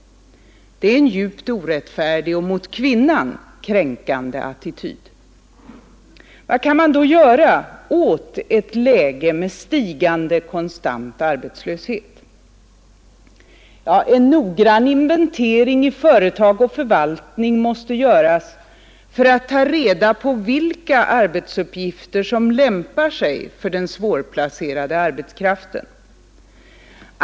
Det är en djupt orättfärdig och mot kvinnan kränkande attityd. Vad kan man då göra åt ett läge med stigande konstant arbetslöshet? En noggrann inventering i företag och förvaltning måste genomföras för att man skall kunna ta reda på vilka arbetsuppgifter som lämpar sig för den svårplacerade arbetskraften.